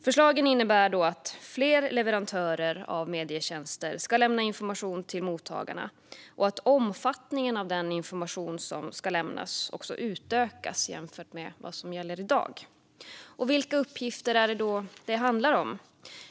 Förslagen innebär att fler leverantörer av medietjänster ska lämna information till mottagarna och att omfattningen av den information som ska lämnas utökas jämfört med vad som gäller i dag. Vilka uppgifter är det då det handlar om?